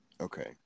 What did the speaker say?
Okay